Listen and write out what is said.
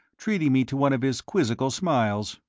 treating me to one of his quizzical smiles.